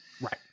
right